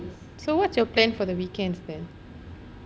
so what's your plan for the weekends then